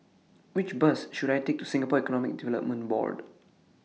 Which Bus should I Take to Singapore Economic Development Board